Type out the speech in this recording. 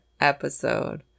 episode